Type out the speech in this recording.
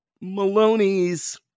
Maloney's